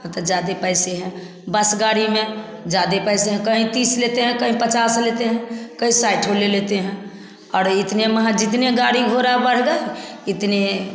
अब तो ज़्यादा पैसे हैं बस गाड़ी में ज़्यादा पैसा हैं कहीं तीस लेते हैं कहीं पचास लेते हैं कही साइठो लेते हैं और इतने महा जितने गाड़ी घोड़ा बढ़ गए इतने